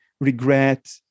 regret